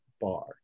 bar